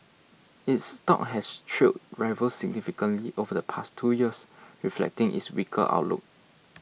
its stock has trailed rivals significantly over the past two years reflecting its weaker outlook